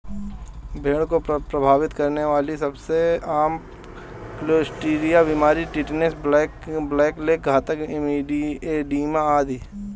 भेड़ को प्रभावित करने वाली सबसे आम क्लोस्ट्रीडिया बीमारियां टिटनेस, ब्लैक लेग, घातक एडिमा आदि है